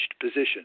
position